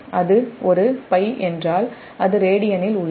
அது ஒரு π என்றால் அது ரேடியனில் உள்ளது